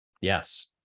Yes